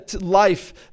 Life